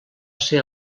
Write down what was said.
ser